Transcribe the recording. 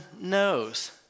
knows